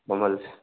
ꯃꯃꯜꯁꯦ